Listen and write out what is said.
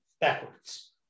backwards